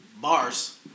Bars